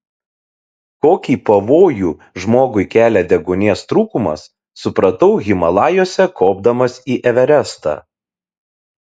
kokį pavojų žmogui kelia deguonies trūkumas supratau himalajuose kopdamas į everestą